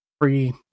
free